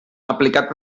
aplicat